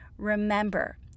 Remember